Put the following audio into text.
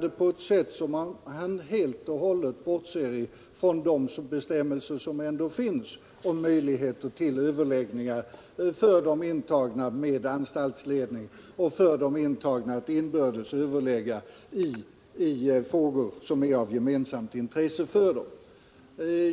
det på ett sätt som om han helt och hållet bortser från de bestämmelser för de intagna som ändå finns om möjligheter till överläggningar med anstaltsledningen. Inbördes kan de också överlägga i frågor, som är av gemensamt intresse för dem.